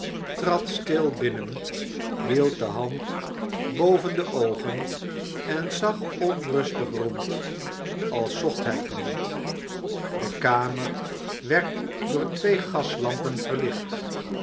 trad stil binnen hield de hand boven de oogen en zag onrustig rond als zocht hij iemand de kamer werd door twee gaslampen verlicht